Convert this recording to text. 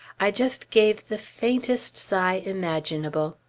i just gave the faintest sigh imaginable.